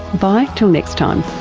bye till next time